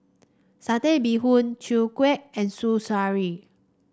Satay Bee Hoon Chwee Kueh and